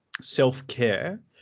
self-care